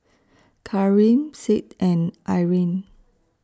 Karim Sid and Irine